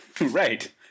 Right